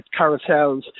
carousels